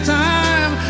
time